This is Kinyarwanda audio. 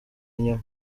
inyuma